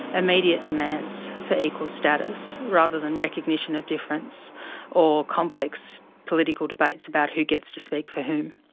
immediate demands for equal status rather than recognition of difference or complex political debates about who gets to speak for whom.